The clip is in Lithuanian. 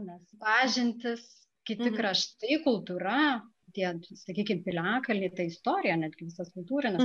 nes pažintys kiti kraštai kultūra tie sakykim piliakalniai ta istorija netgi visas kultūrinis